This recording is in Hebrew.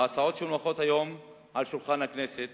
ההצעות שמונחות היום על שולחן הכנסת